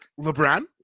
lebron